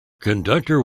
conductor